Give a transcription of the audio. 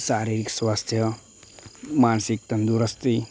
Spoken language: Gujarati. શારીરિક સ્વાસ્થ્ય માનસિક તંદુરસ્તી